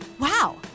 Wow